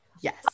Yes